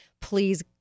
Please